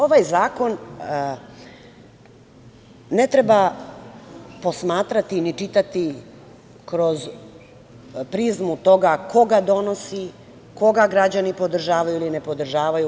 Ovaj zakon ne treba posmatrati, ni čitati kroz prizmu toga ko ga donosi, koga građani podržavaju ili ne podržavaju.